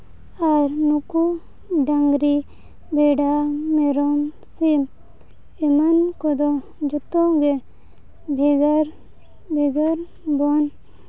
ᱟᱨ ᱱᱩᱠᱩ ᱰᱟᱹᱝᱨᱤ ᱵᱷᱮᱰᱟ ᱢᱮᱨᱚᱢ ᱥᱤᱢ ᱮᱢᱟᱱ ᱠᱚᱫᱚ ᱡᱚᱛᱚᱜᱮ ᱵᱷᱮᱜᱟᱨ ᱵᱷᱮᱜᱟᱨ ᱵᱚᱱ